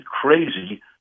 crazy